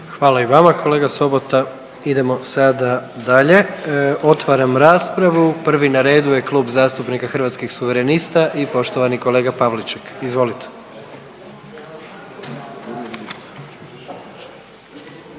Hvala i vama kolega Sobota. Idemo sada dalje, otvaram raspravu prvi na redu je Klub zastupnika Hrvatskih suverenista i poštovani kolega Pavliček. Izvolite.